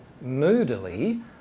moodily